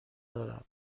دارم